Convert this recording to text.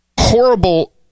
horrible